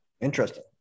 Interesting